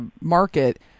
market